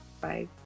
Bye